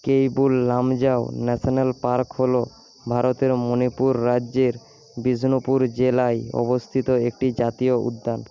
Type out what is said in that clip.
Keibul Lamjao National Park হল ভারতের মণিপুর রাজ্যের বিষ্ণুপুর জেলায় অবস্থিত একটি জাতীয় উদ্যান